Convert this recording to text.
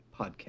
podcast